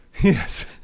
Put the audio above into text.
Yes